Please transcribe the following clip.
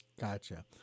Gotcha